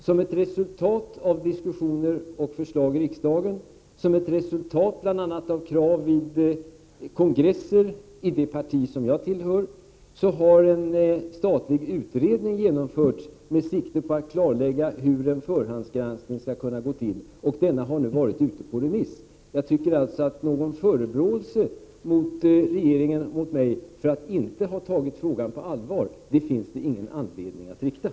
Som ett resultat av diskussioner i och förslag till riksdagen och av krav framförda bl.a. vid kongresser inom det parti jag tillhör, har en statlig utredning genomförts med sikte på att klarlägga hur en förhandsgranskning skall kunna gå till. Denna utredning har nu varit ute på remiss. Jag menar alltså att det inte finns någon anledning att rikta förebråelser mot mig eller regeringen för att inte ha tagit frågan på allvar.